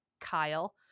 kyle